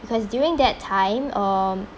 because during that time um